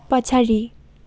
पछाडि